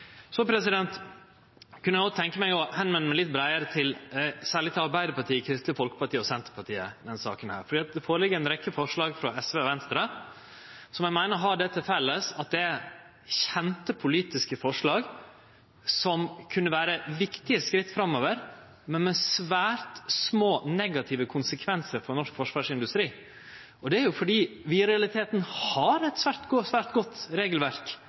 saka. Det føreligg ei rekkje forslag frå SV og Venstre som eg meiner har det til felles at det er kjende politiske forslag som kunne vere viktige skritt framover, men med svært små negative konsekvensar for norsk forsvarsindustri. Det er fordi vi i realiteten har eit svært godt regelverk